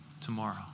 tomorrow